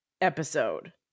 episode